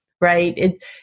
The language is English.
right